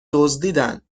دزدیدند